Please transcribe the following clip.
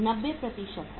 90 लागत है